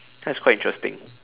that's quite interesting